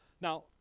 Now